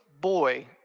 boy